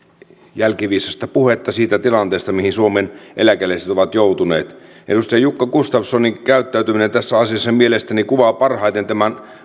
jälkiviisasta puhetta siitä tilanteesta mihin suomen eläkeläiset ovat joutuneet edustaja jukka gustafssonin käyttäytyminen tässä asiassa mielestäni kuvaa parhaiten tämän